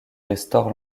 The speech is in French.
restaure